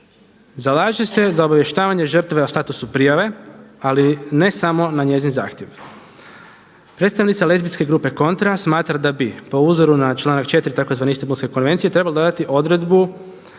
zalaže se za obavještavanje žrtve o statusu prijave, ali ne samo na njezin zahtjev. Predstavnice lezbijske grupe Kontra smatra da bi po uzoru članak 4. tzv. Istambulske konvencije trebalo dodati odredbu